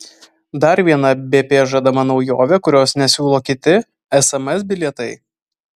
dar viena bp žadama naujovė kurios nesiūlo kiti sms bilietai